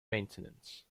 maintenance